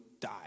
die